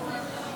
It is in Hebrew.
בבקשה.